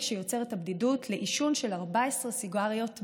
שיוצרת הבדידות לעישון של 14 סיגריות ביום,